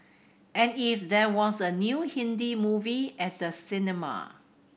and if there was a new Hindi movie at the cinema